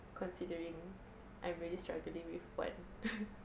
considering I'm already struggling with one (uh huh)